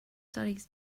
studies